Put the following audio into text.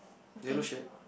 yellow shirt